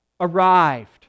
arrived